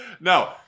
no